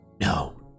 No